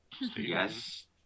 Yes